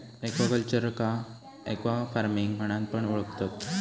एक्वाकल्चरका एक्वाफार्मिंग म्हणान पण ओळखतत